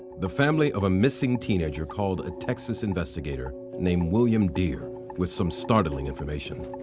the family of a missing teenager called a texas investigator named william dear with some startling information.